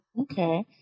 Okay